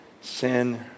sin